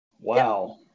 Wow